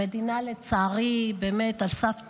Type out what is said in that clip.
המדינה לצערי באמת על סף תהום,